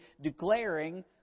declaring